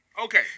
okay